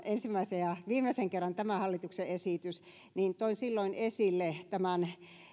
ensimmäisen ja viimeisen kerran tämä hallituksen esitys oli niin toin esille tämän